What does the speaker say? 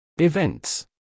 Events